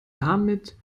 damit